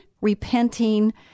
repenting